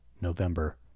November